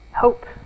Hope